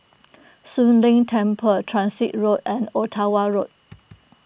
Soon Leng Temple Transit Road and Ottawa Road